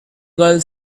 girl